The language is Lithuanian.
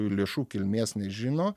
lėšų kilmės nežino